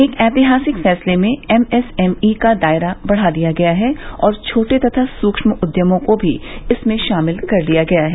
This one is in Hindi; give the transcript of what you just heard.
एक ऐतिहासिक फैसले में एमएसएमई का दायरा बढ़ा दिया गया है और छोटे तथा सूक्ष्म उद्यमों को भी इसमें शामिल कर लिया गया है